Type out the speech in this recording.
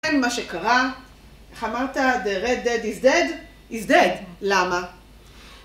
מה שקרה, איך אמרת the red dead is dead, is dead, למה?